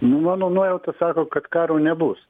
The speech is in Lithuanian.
mano nuojauta sako kad karo nebus